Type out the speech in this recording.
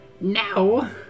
Now